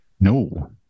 No